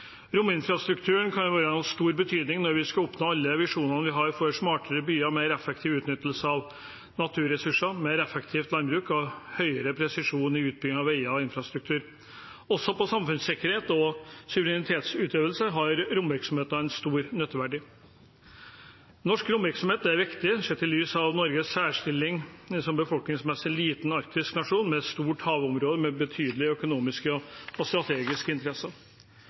Rominfrastrukturen kan være av stor betydning når vi skal oppnå alle visjonene vi har for smartere byer, mer effektiv utnyttelse av naturressurser, mer effektivt landbruk og høyere presisjon i utbygging av veier og infrastruktur. Også for samfunnssikkerhet og suverenitetsutøvelse har romvirksomheten en stor nytteverdi. Norsk romvirksomhet er viktig sett i lys av Norges særstilling som en befolkningsmessig liten arktisk nasjon med et stort havområde med betydelige økonomiske og strategiske interesser.